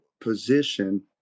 position